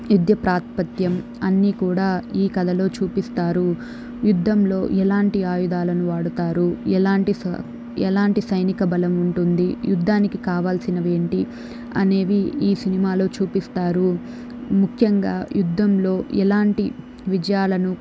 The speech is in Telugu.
యుద్ధ ప్రాతిపత్యం అన్నీ కూడా ఈ కథలో చూపిస్తారు యుద్ధంలో ఎలాంటి ఆయుధాలను వాడుతారు ఎలాంటి ఎలాంటి సైనిక బలం ఉంటుంది యుద్ధానికి కావాల్సినవి ఏంటి అనేవి ఈ సినిమాలో చూపిస్తారు ముఖ్యంగా యుద్ధంలో ఎలాంటి విజయాలను